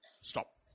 Stop